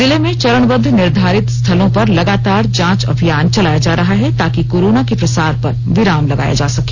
जिले में चरणबद्व निर्धारित स्थलों पर लगातार जांच अभियान चलाया जा रहा है ताकि कोरोना के प्रसार पर विराम लगाया जा सके